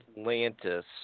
Atlantis